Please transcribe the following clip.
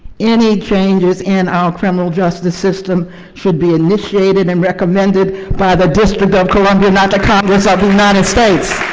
any changes in our criminal justice system should be initiated and recommended by the district of columbia not the congress of the united states.